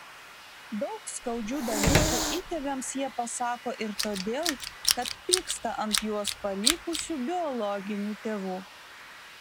daug skaudžių dalykų įtėviams jie pasako ir todėl kad pyksta ant juos palikusių biologinių tėvų